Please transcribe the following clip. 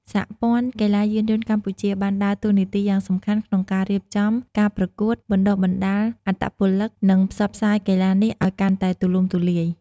សហព័ន្ធកីឡាយានយន្តកម្ពុជា បានដើរតួនាទីយ៉ាងសំខាន់ក្នុងការរៀបចំការប្រកួត បណ្តុះបណ្តាលអត្តពលិក និងផ្សព្វផ្សាយកីឡានេះឲ្យកាន់តែទូលំទូលាយ។